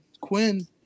Quinn